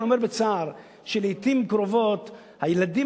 אני אומר בצער שלעתים קרובות הילדים